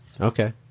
okay